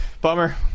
Bummer